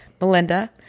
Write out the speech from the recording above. Melinda